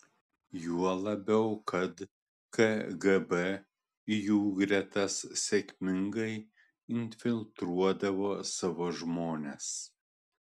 juo labiau kad kgb į jų gretas sėkmingai infiltruodavo savo žmones